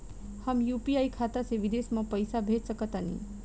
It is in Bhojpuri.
हम यू.पी.आई खाता से विदेश म पइसा भेज सक तानि?